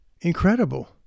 Incredible